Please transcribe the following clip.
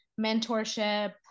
mentorship